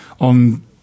on